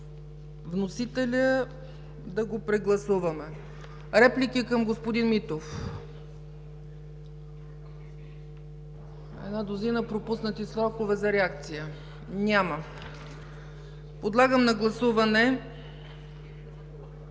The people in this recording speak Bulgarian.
вносителя да го прегласуваме. Реплики към господин Митев? Една дузина пропуснати срокове за реакция. Подлагам на гласуване